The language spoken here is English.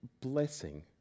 blessing